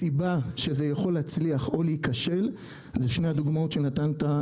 הסיבה שזה יכול להצליח או להיכשל הן שתי הדוגמאות שנתת,